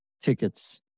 tickets